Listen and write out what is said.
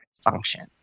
function